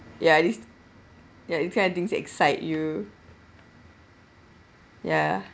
ya this ya this kind of things excite you ya